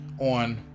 on